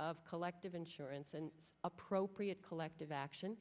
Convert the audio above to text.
of collective insurance and appropriate collective action